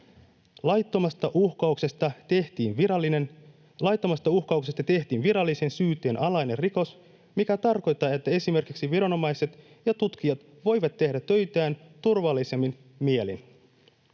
Laittomasta uhkauksesta tehtiin virallisen syytteen alainen rikos, mikä tarkoittaa, että esimerkiksi viranomaiset ja tutkijat voivat tehdä töitään turvallisemmin mielin.